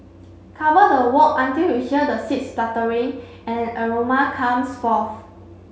cover the wok until you hear the seeds spluttering and aroma comes forth